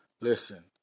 Listen